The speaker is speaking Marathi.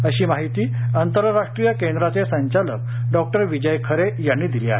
अशी माहिती आंतरराष्ट्रीय केंद्राचे संचालक डॉक्टर विजय खरे यांनी दिली आहे